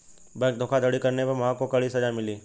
bank धोखाधड़ी करने पर महक को कड़ी सजा मिली